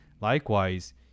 likewise